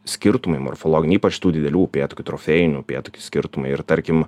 skirtumai morfologiniai ypač tų didelių upėtakių trofėjinių upėtakių skirtumai ir tarkim